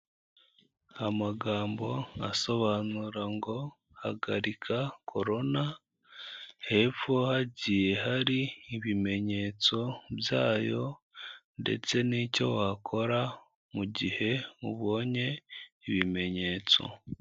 Amagambo asobanura ngo ''hagarika korona''. Hepfo hagiye hari ibimenyetso byayo, ndetse n'icyo wakora mu gihe ubonye ibimenyetso.